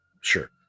Sure